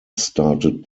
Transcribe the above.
started